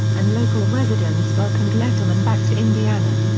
and local residents welcomed letterman back to indiana.